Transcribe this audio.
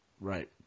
Right